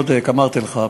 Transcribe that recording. אני בודק, אמרתי לך.